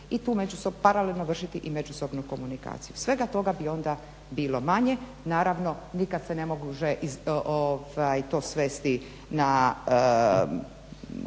i tu paralelno vršiti i međusobnu komunikaciju. Svega toga bi onda bilo manje. Naravno nikad se ne može to svesti na